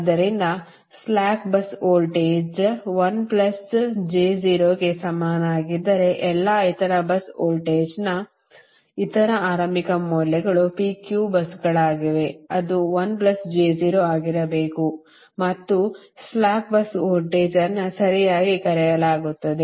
ಆದ್ದರಿಂದ slack bus voltage 1 j 0 ಗೆ ಸಮನಾಗಿದ್ದರೆ ಎಲ್ಲಾ ಇತರ bus ವೋಲ್ಟೇಜ್ನ ಎಲ್ಲಾ ಇತರ ಆರಂಭಿಕ ಮೌಲ್ಯಗಳು P Q busಗಳಾಗಿವೆ ಅದು 1 j 0 ಆಗಿರಬೇಕು ಮತ್ತು ಸ್ಲಾಕ್ ಬಸ್ ವೋಲ್ಟೇಜ್ ಅನ್ನು ಸರಿಯಾಗಿ ಕರೆಯಲಾಗುತ್ತದೆ